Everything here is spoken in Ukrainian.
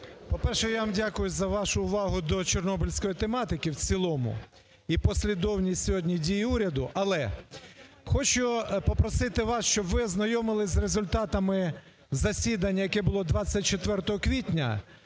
По-перше, я вам дякую за вашу увагу до чорнобильської тематики в цілому і послідовність сьогодні дій уряду. Але хочу попросити вас, щоб ви ознайомились з результатами засідання, яке було 24 квітня,